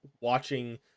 watching